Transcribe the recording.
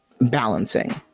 balancing